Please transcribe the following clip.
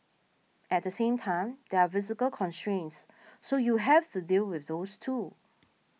at the same time there are physical constraints so you have to deal with those too